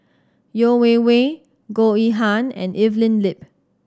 Yeo Wei Wei Goh Yihan and Evelyn Lip